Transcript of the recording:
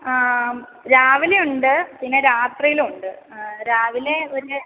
ആ രാവിലെ ഉണ്ട് പിന്നെ രാത്രിയിലും ഉണ്ട് രാവിലെ ഒര്